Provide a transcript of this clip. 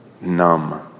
numb